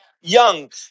young